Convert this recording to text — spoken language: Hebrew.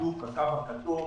הקו הכתום,